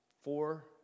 four